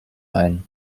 ein